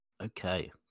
Okay